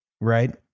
right